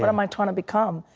what am i trying to become?